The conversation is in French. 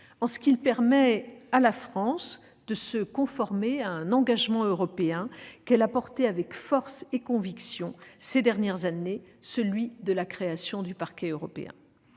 en ce qu'il permet à la France de se conformer à un engagement européen qu'elle a porté avec force et conviction ces dernières années, à savoir la création du Parquet européen.